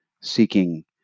seeking